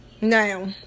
Now